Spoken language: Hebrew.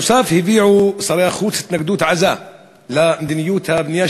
נוסף על כך הביעו שרי החוץ התנגדות עזה למדיניות הבנייה